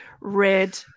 red